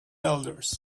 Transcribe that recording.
elders